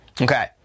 okay